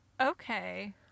Okay